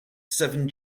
seven